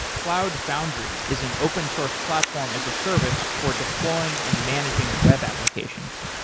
cloud foundry is an open-source platform as a service for deploying and managing web applications.